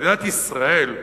מדינת ישראל,